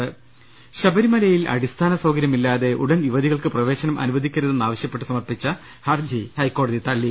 ്്്്്്്് ശബരിമലയിൽ അടിസ്ഥാന സൌകര്യമില്ലാതെ ഉടൻ യുവതികൾക്ക് പ്രവേശനം അനുവദിക്കരുതെന്നാവശ്യപ്പെട്ട് സമർപ്പിച്ച ഹർജി ഹൈക്കോടതി തള്ളി